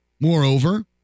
moreover